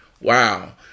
Wow